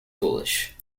foolish